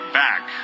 back